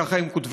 ככה הם כותבים.